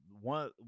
one